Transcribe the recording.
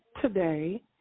today